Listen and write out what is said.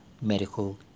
medical